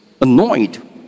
annoyed